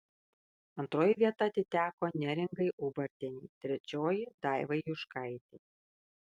antroji vieta atiteko neringai ubartienei trečioji daivai juškaitei